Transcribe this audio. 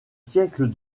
siècles